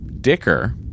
dicker